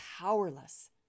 powerless